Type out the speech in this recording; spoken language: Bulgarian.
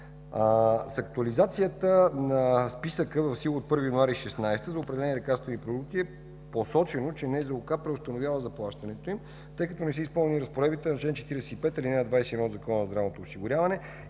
С актуализация на списъка, в сила от 1 януари 2016 г., за определени лекарствени продукти е посочено, че НЗОК преустановява заплащането им, тъй като не са изпълнени разпоредбите на чл. 45, ал. 21 от Закона за здравното осигуряване